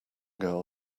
girl